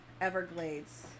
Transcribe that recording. everglades